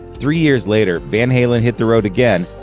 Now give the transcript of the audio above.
three years later, van halen hit the road again,